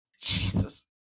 Jesus